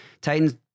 Titans